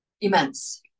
immense